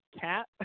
cat